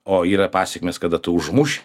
o yra pasekmės kada tu užmuši